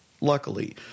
Luckily